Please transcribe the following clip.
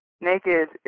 naked